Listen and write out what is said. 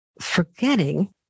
forgetting